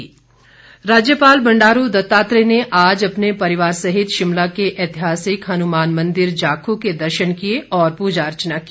राज्यपाल राज्यपाल बंडारू दत्तात्रेय ने आज अपने परिवार सहित शिमला के ऐतिहासिक हनुमान मंदिर जाखू के दर्शन किए और पूजा अर्चना की